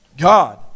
God